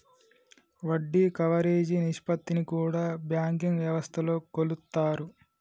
వడ్డీ కవరేజీ నిష్పత్తిని కూడా బ్యాంకింగ్ వ్యవస్థలో కొలుత్తారు